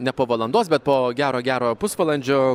ne po valandos bet po gero gero pusvalandžio